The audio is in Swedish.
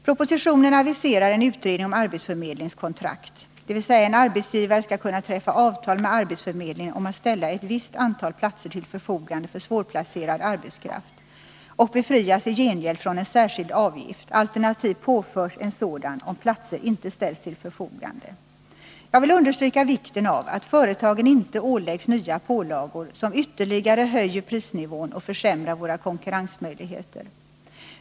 Propositionen aviserar en utredning om arbetsförmedlingskontrakt, dvs. en arbetsgivare skall kunna träffa avtal med arbetsförmedlingen om att ställa ett visst antal platser till förfogande för svårplacerad arbetskraft och befrias i gengäld från en särskild avgift, alternativt påförs en sådan, om platser inte ställs till förfogande. Jag vill understryka vikten av att företagen inte åläggs nya pålagor som ytterligare höjer prisnivån och försämrar våra konkurrensmöjligheter.